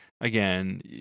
again